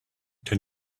can